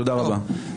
תודה רבה.